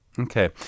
Okay